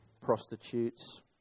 prostitutes